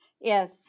Yes